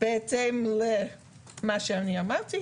בהתאם למה שאמרתי,